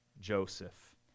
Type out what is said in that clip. Joseph